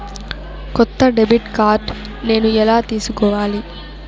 కొత్త debit card నేను ఎలా తీసుకోవాలి?